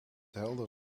helder